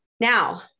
Now